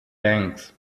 banks